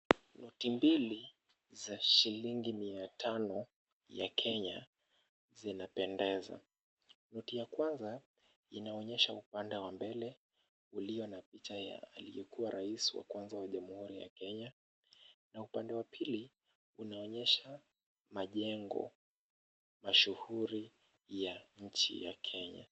Noti mbili za shilingi mia tano ya Kenya zinapendeza. Noti ya kwanza, inaonyesha upande wa mbele, ulio na picha ya aliyekuwa rais wa kwanza wa Jamhuri wa Kenya na upande wa pili unaonyesha majengo mashuhuri ya nchi ya Kenya.